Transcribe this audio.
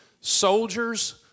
Soldiers